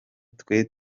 twe